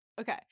okay